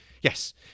Yes